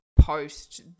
post